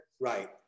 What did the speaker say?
right